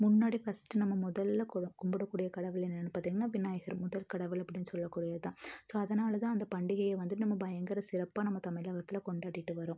முன்னாடி ஃபஸ்ட்டு நம்ம முதல்ல கு கும்பிடக்கூடிய கடவுள் என்னென்னு பார்த்தீங்கன்னா விநாயகர் முதற்கடவுள் அப்படின்னு சொல்லக்கூடியது தான் ஸோ அதனால் தான் அந்தப் பண்டிகையை வந்து நம்ம பயங்கர சிறப்பாக நம்ம தமிழகத்தில் கொண்டாடிட்டு வர்றோம்